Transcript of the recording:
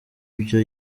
byo